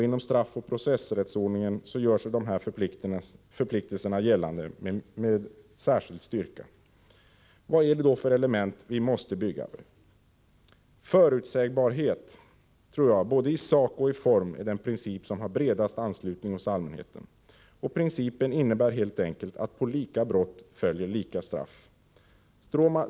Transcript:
Inom straffoch processrättsordningen gör sig dessa förpliktelser gällande med särskild styrka. Vilka element skall man då bygga på? Förutsägbarhet tror jag både i sak och i form är den princip som har bredast anslutning hos allmänheten. Principen innebär helt enkelt att på lika brott följer lika straff.